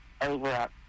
over-up